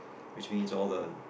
which means all the